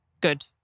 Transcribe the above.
good